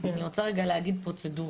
אני רוצה להגיד רגע משהו על הפרוצדורה,